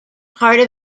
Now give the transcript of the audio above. part